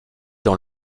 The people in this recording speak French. dans